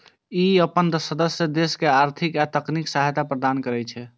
ई अपन सदस्य देश के आर्थिक आ तकनीकी सहायता प्रदान करै छै